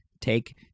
Take